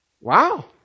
Wow